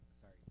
Sorry